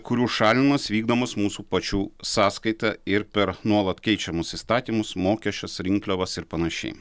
kurių šalinimas vykdomas mūsų pačių sąskaita ir per nuolat keičiamus įstatymus mokesčius rinkliavas ir panašiai